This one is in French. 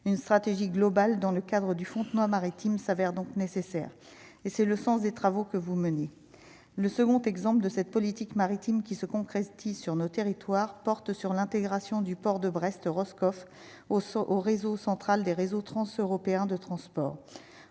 une stratégie globale dans le cadre du Fontenoy maritime s'avère donc nécessaire et c'est le sens des travaux que vous menez le second exemple de cette politique maritime qui se concrétise sur nos territoires, porte sur l'intégration du port de Brest Roscoff au saut au réseau central des réseaux transeuropéens de transport